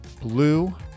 blue